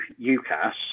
UCAS